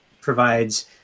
provides